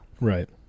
Right